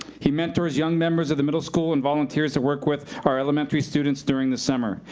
he mentors young members of the middle school, and volunteers to work with our elementary students during the summer.